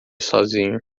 sozinho